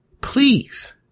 please